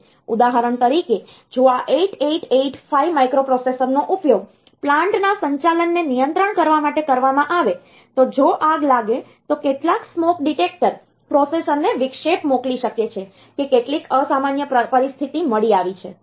ઉદાહરણ તરીકે જો આ 8885 માઇક્રોપ્રોસેસરનો ઉપયોગ પ્લાન્ટના સંચાલનને નિયંત્રિત કરવા માટે કરવામાં આવે તો જો આગ લાગે તો કેટલાક સ્મોક ડિટેક્ટર પ્રોસેસરને વિક્ષેપ મોકલી શકે છે કે કેટલીક અસામાન્ય પરિસ્થિતિ મળી આવી છે